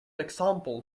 example